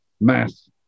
mass